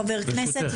חבר כנסת,